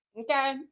okay